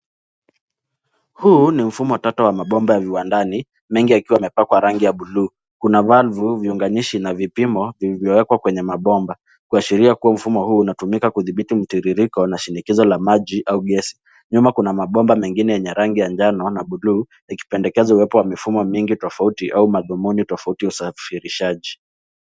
Huu ni mfumo wa tata wa mabomba ya viwandani, mengi yakiwa yamepakwa rangi ya buluu. Kuna valvu viunganishi na vipimo vilivyowekwa kwenye mabomba kuashiria kuwa mfumo huu unatumika kudhibiti mtiririko na shinikizo la maji au gesi. Nyuma kuna mabomba mengine yenye rangi ya njano na buluu ikipendekeza uwepo wa mifumo mengine tofauti au madhumuni tofauti za usafirishaji.